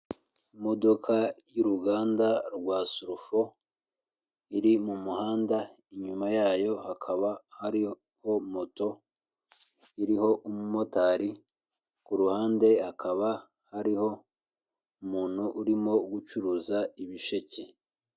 Imodoka y'uruganda rwa sulufo iri mu muhanda, inyuma y'ayo hakaba hariho moto iriho umumotari, ku ruhande hakaba hariho umuntu urimo gucuruza ibisheke.